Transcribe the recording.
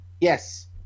Yes